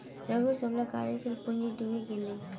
रघूर सबला कार्यशील पूँजी डूबे गेले